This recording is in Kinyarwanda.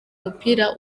mupira